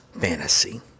fantasy